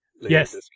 Yes